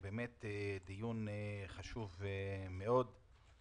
צריך לפחות עוד 5% כדי להגיע ל-17%.